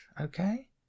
Okay